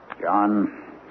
John